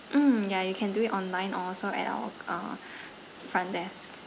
mm ya you can do it online or also at our uh front desk